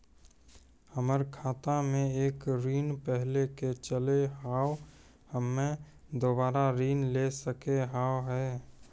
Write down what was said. हमर खाता मे एक ऋण पहले के चले हाव हम्मे दोबारा ऋण ले सके हाव हे?